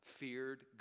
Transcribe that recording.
feared